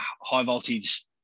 high-voltage